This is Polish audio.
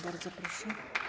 Bardzo proszę.